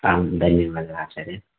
आं धन्यवादः आचार्य